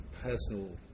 personal